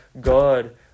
God